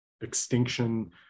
extinction